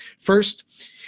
First